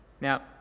Now